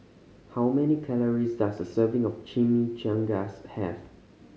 how many calories does a serving of Chimichangas have